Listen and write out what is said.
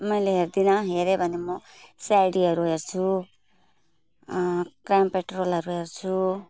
मैले हेर्दिनँ हेरेँ भने म सिआइडीहरू हेर्छु क्राइम पेट्रोलहरू हेर्छु